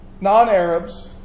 non-Arabs